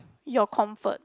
your comfort